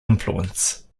influence